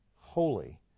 holy